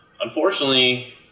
Unfortunately